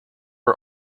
are